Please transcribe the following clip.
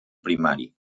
primari